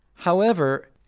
however,